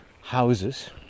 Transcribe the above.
Houses